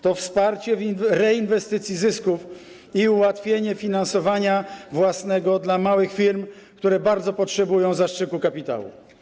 To wsparcie reinwestycji zysków i ułatwienie finansowania własnego dla małych firm, które bardzo potrzebują zastrzyku kapitału.